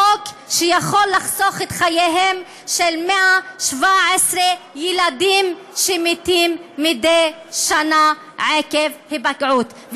חוק שיכול לחסוך את חייהם של 117 ילדים שמתים מדי שנה עקב היפגעות,